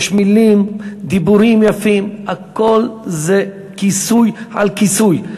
יש מילים, דיבורים יפים, הכול זה כיסוי על כיסוי.